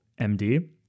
md